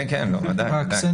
שים